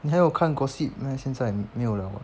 你还有看 gossip meh 现在没有了 [what]